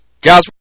Guys